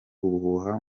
ubuhuha